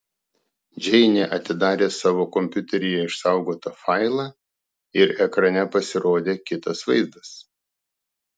džeinė atidarė savo kompiuteryje išsaugotą failą ir ekrane pasirodė kitas vaizdas